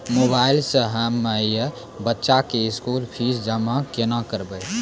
Mobile से हम्मय बच्चा के स्कूल फीस जमा केना करबै?